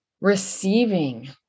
receiving